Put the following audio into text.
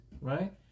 Right